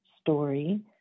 story